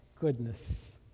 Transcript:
goodness